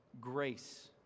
grace